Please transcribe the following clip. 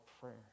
prayer